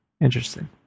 Interesting